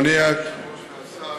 והשר,